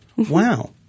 Wow